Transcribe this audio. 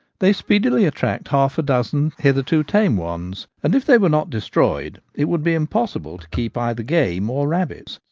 they speedily attract half a dozen hitherto tame ones and, if they were not destroyed, it would be impossible to keep either game or rabbits.